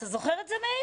אתה זוכר את זה מאיר?